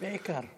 בעיקר.